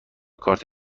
کارت